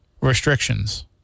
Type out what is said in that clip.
restrictions